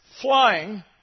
flying